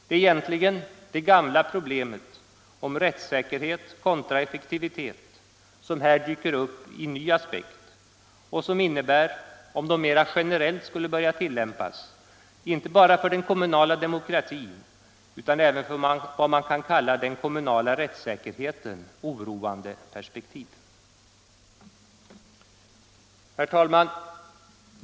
Det är egentligen det gamla problemet om rättssäkerhet kontra effektivitet som här dyker upp i ny aspekt och som innebär, om den aktuella metoden mera generellt skulle börja tillämpas, inte bara för den kommunala demokratin utan även för vad man kan kalla den kommunala rättssäkerheten oroande perspektiv. Herr talman!